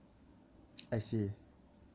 I see